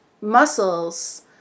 muscles